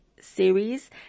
series